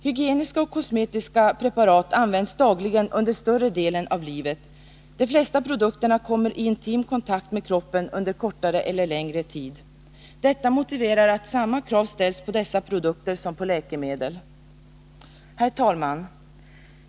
Hygieniska och kosmetiska preparat används dagligen under större delen av livet. De flesta produkterna kommer i intim kontakt med kroppen under kortare eller längre tid. Detta motiverar att samma krav ställs på dessa produkter som på läkemedel. Herr talman!